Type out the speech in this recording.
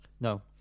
No